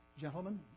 gentlemen